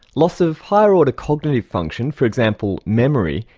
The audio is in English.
loss of higher order cognitive function, for example, memory,